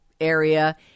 area